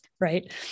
Right